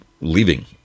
leaving